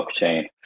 blockchain